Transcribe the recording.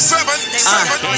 Seven